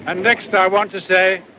and next i want to say